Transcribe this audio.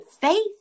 faith